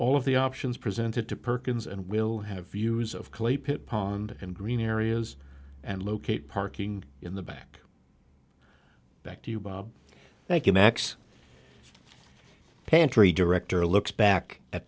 all of the options presented to perkins and we'll have use of clay pit pond and green areas and locate parking in the back back to you bob thank you max pantry director looks back at